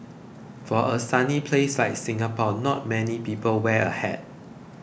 for a sunny place like Singapore not many people wear a hat